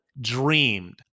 dreamed